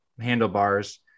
handlebars